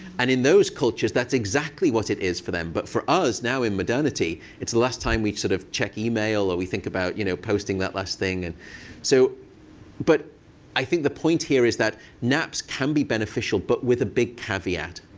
and in those cultures, that's exactly what it is for them. but for us now, in modernity, it's the last time we sort of check email or we think about you know posting that last thing. and so but i think the point here is that naps can be beneficial but with a big caveat,